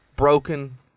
broken